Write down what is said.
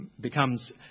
Becomes